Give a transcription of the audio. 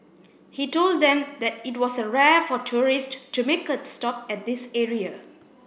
he told them that it was rare for tourist to make a stop at this area